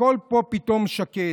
הכול פה פתאום שקט.